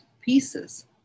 pieces